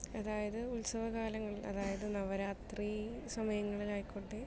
അതായത് ഉത്സവകാലങ്ങൾ അതായത് നവരാത്രി സമയങ്ങളിൽ ആയിക്കോട്ടെ